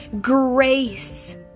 Grace